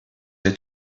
her